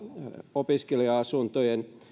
opiskelija asuntojen